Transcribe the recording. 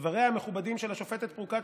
דבריה המכובדים של השופטת פרוקצ'יה,